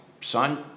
son